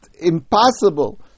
impossible